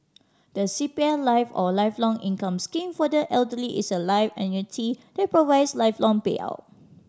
the C P F Life or Lifelong Income Scheme for the Elderly is a life annuity that provides lifelong payout